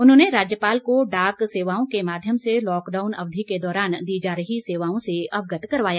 उन्होंने राज्यपाल को डाक सेवाओं के माध्यम से लॉकडाउन अवधि के दौरान दी जा रही सेवाओं से अवगत करवाया